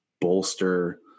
bolster